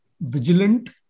vigilant